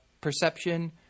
perception